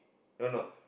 no no